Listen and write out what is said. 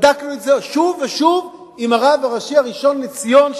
בדקנו את זה שוב ושוב עם הרב הראשי הראשון לציון,